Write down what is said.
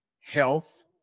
health